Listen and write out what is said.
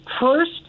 first